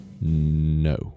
No